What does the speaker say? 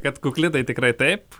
kad kukli tai tikrai taip